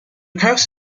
coast